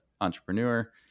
entrepreneur